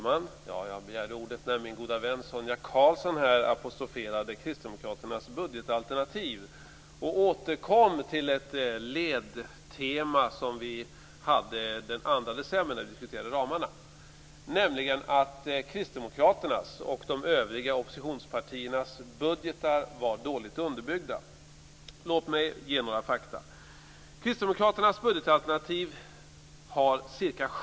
Fru talman! Jag begärde ordet när min goda vän Sonia Karlsson apostroferade Kristdemokraternas budgetalternativ och återkom till ett ledtema som vi hörde den 2 december när vi diskuterade ramarna, nämligen att Kristdemokraternas och de övriga oppositionspartiernas budgetar var dåligt underbyggda. Låt mig ge några fakta.